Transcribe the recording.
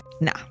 Nah